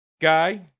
guy